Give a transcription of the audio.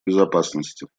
безопасности